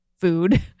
food